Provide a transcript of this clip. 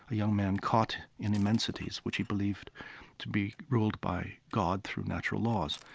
a young man caught in immensities, which he believed to be ruled by god through natural laws.